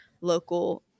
local